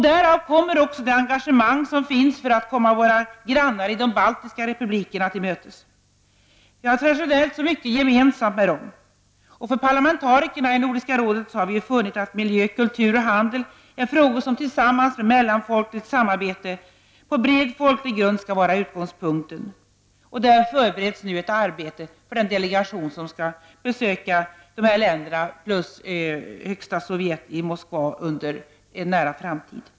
Därav kommer också det engagemang som finns för att komma våra grannar i de baltiska republikerna till mötes. Vi har traditionellt mycket gemensamt med dem. Vi parlamentariker i Nordiska rådet har funnit att miljö, kultur och handel är frågor som tillsammans med mellanfolkligt samarbete på bred folklig grund skall vara utgångspunkten. Där förbereds nu ett arbete för den delegation som skall besöka dessa länder samt högsta sovjet i Moskva inom en nära framtid.